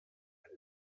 eine